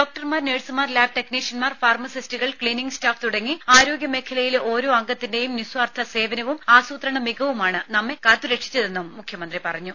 ഡോക്ടർമാർ നഴ്സുമാർ ലാബ് ടെക്നീഷ്യൻമാർ ഫാർമസിസ്റ്റുകൾ ക്ലീനിങ് സ്റ്റാഫ് തുടങ്ങി ആരോഗ്യ മേഖലയിലെ ഓരോ അംഗത്തിന്റേയും നിസ്വാർത്ഥ സേവനവും ആസൂത്രണ മികവുമാണ് നമ്മെ കാത്തു രക്ഷിച്ചതെന്നും മുഖ്യമന്ത്രി പറഞ്ഞു